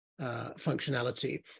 functionality